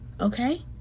okay